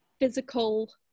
physical